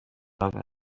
وبلاگ